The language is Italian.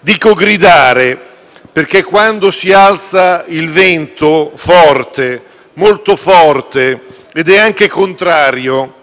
Dico gridare perché, quando si alza il vento forte, molto forte e anche contrario,